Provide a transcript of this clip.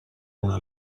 una